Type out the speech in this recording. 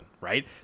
right